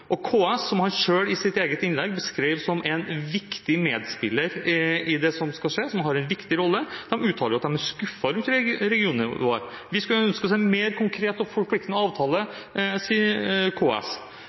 for. KS, som han selv i sitt eget innlegg beskrev som en viktig medspiller i det som skal skje, som har en viktig rolle, uttaler at de er skuffet rundt regionnivået. «Vi skulle ønske oss en mer konkret og forpliktende avtale», sier KS.